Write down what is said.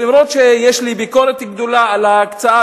אף-על-פי שיש לי ביקורת גדולה על ההקצאה,